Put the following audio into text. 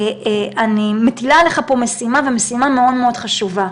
אני מטילה עליך פה משימה, ומשימה מאוד מאוד חשובה.